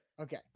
Okay